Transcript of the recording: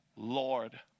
Lord